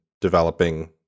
developing